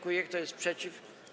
Kto jest przeciw?